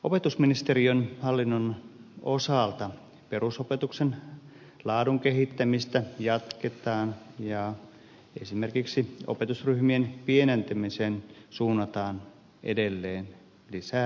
opetusministeriön hallinnon osalta perusopetuksen laadun kehittämistä jatketaan ja esimerkiksi opetusryhmien pienentämiseen suunnataan edelleen lisää resursseja